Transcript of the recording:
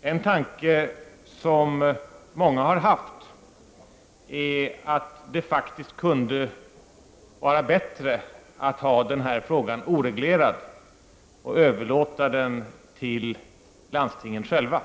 En tanke som många har haft är att det faktiskt kunde vara bättre att ha denna fråga oreglerad och överlåta den till landstingen själva.